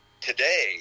today